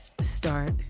start